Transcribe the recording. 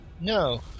No